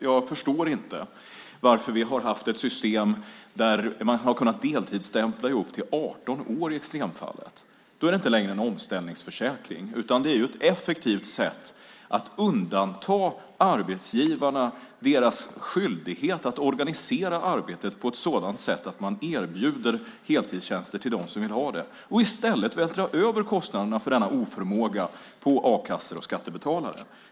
Jag förstår inte varför vi har haft ett system där man har kunnat deltidsstämpla upp till 18 år i extremfallet. Då är det inte längre en omställningsförsäkring. Det är ett effektivt sätt att undanta arbetsgivarna från deras skyldighet att organisera arbetet på ett sådant sätt att de erbjuder heltidstjänster till dem som vill ha det i stället för att vältra över kostnaderna för denna oförmåga på a-kassor och skattebetalare.